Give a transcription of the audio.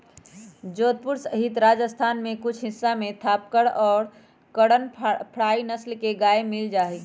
जोधपुर सहित राजस्थान के कुछ हिस्सा में थापरकर और करन फ्राइ नस्ल के गाय मील जाहई